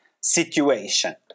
situation